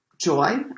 joy